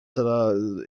sellel